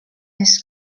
his